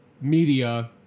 media